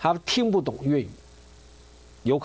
how you